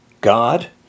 God